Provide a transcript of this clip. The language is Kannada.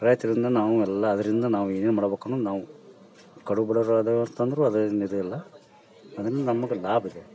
ರೈತರಿಂದ ನಾವು ಎಲ್ಲ ಅದರಿಂದ ನಾವು ಏನು ಮಾಡ್ಬೇಕ್ ಅಂದ್ರೂ ನಾವು ಕಡುಬಡವ್ರು ಇದೇವ್ ಅಂತಂದ್ರೂ ಅದೇನೂ ಇದಿಲ್ಲ ಅದರಿಂದ ನಮಗೆ ಲಾಭ ಇದೆ